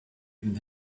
even